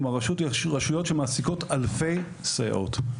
כלומר, יש רשויות שמעסיקות אלפי סייעות.